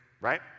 right